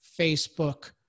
Facebook